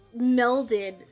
melded